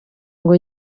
ngo